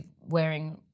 wearing